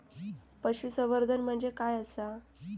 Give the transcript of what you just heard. पशुसंवर्धन म्हणजे काय आसा?